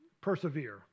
persevere